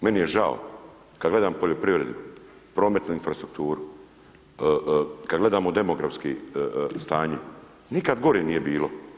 Meni je žao kad gledam poljoprivredu, prometnu infrastrukturu, kad gledam u demografsko stanje, nikad gore nije bilo.